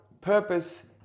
purpose